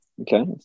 Okay